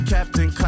Captain